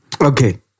Okay